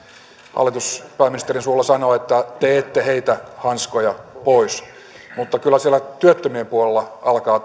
hallitus pääministerin suulla sanoo että te ette heitä hanskoja pois mutta kyllä siellä työttömien puolella alkaa